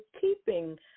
keeping